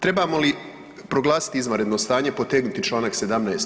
Trebamo li proglasiti izvanredno stanje, potegnuti čl. 17.